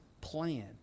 plan